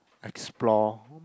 explore